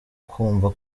kumva